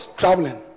traveling